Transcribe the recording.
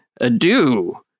adieu